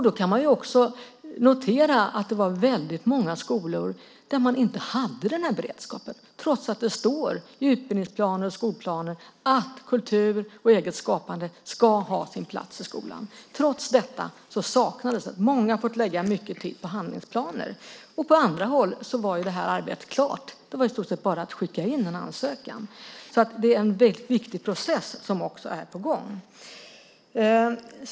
Då kan man notera att det var väldigt många skolor som inte hade den här beredskapen, trots att det står i utbildningsplaner och skolplaner att kultur och eget skapande ska ha sin plats i skolan. Trots detta saknades det, och många har fått lägga mycket tid på handlingsplaner. På andra håll var det här arbetet klart, och det var i stort sett bara att skicka in en ansökan. Det är en viktig process som också är på gång.